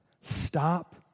stop